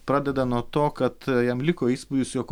pradeda nuo to kad jam liko įspūdis jog